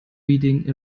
reading